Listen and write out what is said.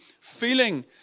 feeling